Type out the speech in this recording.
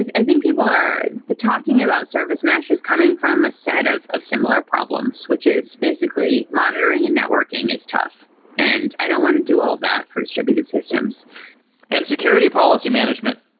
i think people are talking about service mesh is coming from a set of of similar problems, which is basically monitoring and networking is tough and i don't want to do all that for distributed systems and security policy management.